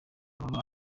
nabanye